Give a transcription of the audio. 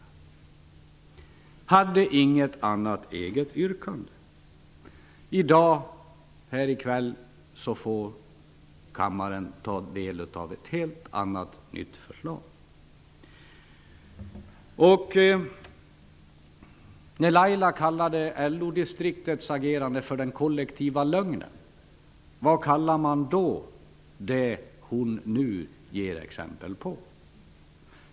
Hon hade inget annat eget yrkande. I dag, här i kväll, får kammaren ta del av ett helt annat, nytt förslag. När Laila Strid-Jansson kallade LO-distriktets agerande för den kollektiva lögnen, vad kallar man då det hon nu ger exempel på?